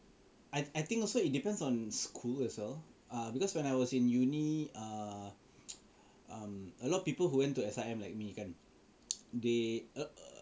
I think also it depends on school as well ah because when I was in uni uh um a lot of people who went to S_I_M like me kan they err